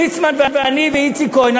ליצמן ואני ואיציק כהן,